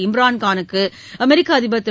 இம்ரான் காலுக்கு அமெரிக்க அதிபர் திரு